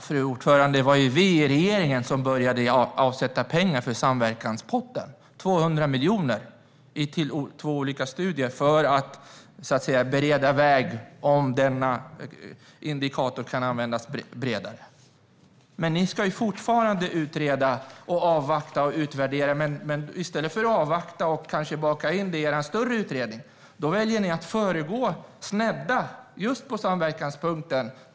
Fru talman! Det var ju vi i den borgerliga regeringen som började avsätta pengar till samverkanspotten - 200 miljoner till två olika studier för att så att säga bereda väg om denna indikator kan användas bredare. Ni ska fortfarande utreda, avvakta och utvärdera. Men i stället för att avvakta och kanske baka in det i en större utredning väljer ni att föregå, snedda, just på samverkanspunkten.